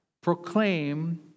proclaim